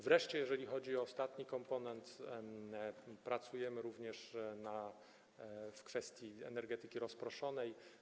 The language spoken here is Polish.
Wreszcie, jeżeli chodzi o ostatni komponent, pracujemy nad kwestią energetyki rozproszonej.